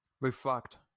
Reflect